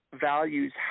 values